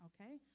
okay